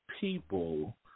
people